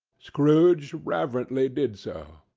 scrooge reverently did so.